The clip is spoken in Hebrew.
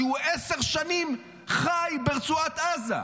שעשר שנים חי ברצועת עזה,